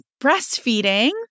breastfeeding